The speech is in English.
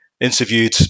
interviewed